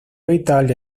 italia